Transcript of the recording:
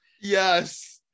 yes